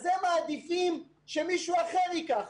אז הם מעדיפים שמישהו אחר ייקח,